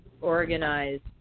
organized